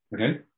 Okay